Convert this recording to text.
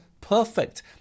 perfect